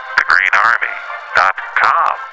thegreenarmy.com